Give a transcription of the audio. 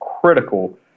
critical